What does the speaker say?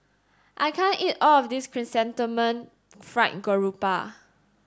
I can't eat all of this Chrysanthemum Fried Garoupa